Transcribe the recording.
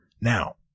Now